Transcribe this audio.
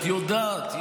את יודעת,